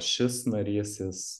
šis narys jis